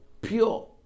Pure